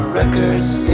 records